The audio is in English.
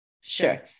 Sure